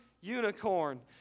unicorn